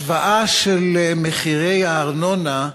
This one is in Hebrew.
השוואה של תעריפי הארנונה,